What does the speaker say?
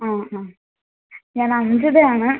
ആ ആ ഞാൻ അഞ്ജിതയാണ്